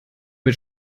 mit